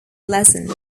lessened